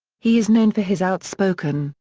he is known for his outspoken,